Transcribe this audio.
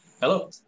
Hello